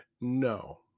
no